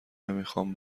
نمیخام